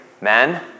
men